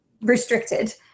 restricted